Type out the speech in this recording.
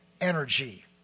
energy